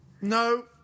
No